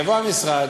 יבוא המשרד,